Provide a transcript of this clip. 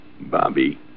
Bobby